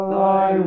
Thy